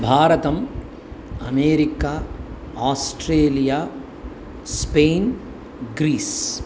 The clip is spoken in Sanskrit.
भारतम् अमेरिका आस्ट्रेलिया स्पैन् ग्रीस्